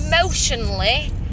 emotionally